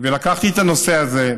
ולקחתי את הנושא הזה,